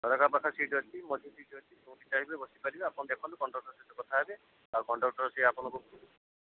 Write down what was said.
ଝରକା ପାଖ ସିଟ୍ ଅଛି ମଝି ସିଟ୍ ଅଛି ଯୋଉଠି ଚାହିଁବେ ବସି ପାରିବେ ଆପଣ ଦେଖନ୍ତୁ କଣ୍ଡକ୍ଟର୍ ସହିତ କଥା ହେବେ ଆଉ କଣ୍ଡକ୍ଟର୍ ସିଏ ଆପଣଙ୍କୁ